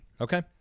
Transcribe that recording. Okay